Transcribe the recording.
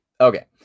Okay